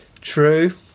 True